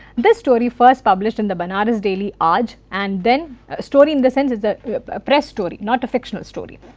this story first published in the banaras daily aaj and then story in the sense it is ah a press story not a fictional story,